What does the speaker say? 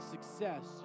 success